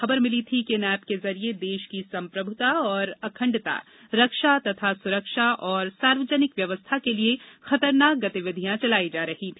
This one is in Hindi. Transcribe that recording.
खबर मिली थी कि इन ऐप के जरिए देश की सम्प्रभुता और अखंडता रक्षा और सुरक्षा तथा सार्वजनिक व्यवस्था के लिए खतरनाक गतिविधियां चलाई जा रही हैं